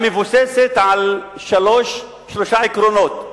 המבוססת על שלושה עקרונות.